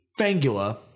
Fangula